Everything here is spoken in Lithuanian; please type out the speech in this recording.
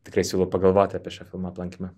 tikrai siūlau pagalvot apie šio filmo aplankymą